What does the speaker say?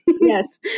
Yes